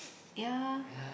ya